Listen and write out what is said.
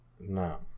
No